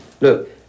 look